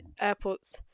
Airports